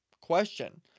Question